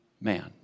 man